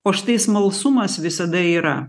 o štai smalsumas visada yra